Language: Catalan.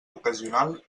ocasional